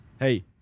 Hey